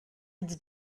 its